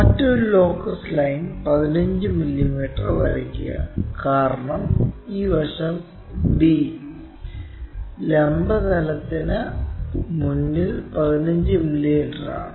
മറ്റൊരു locus line 15 millimetre വരയ്ക്കുക കാരണം ഈ വശം D ലംബ തലത്തിന് മുന്നിൽ 15 മില്ലീമീറ്ററാണ്